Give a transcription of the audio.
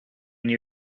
need